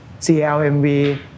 CLMV